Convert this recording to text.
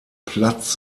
platz